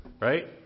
right